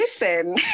Listen